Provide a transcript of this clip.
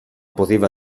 poteva